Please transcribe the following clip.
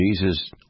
Jesus